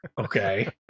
okay